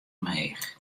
omheech